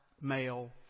male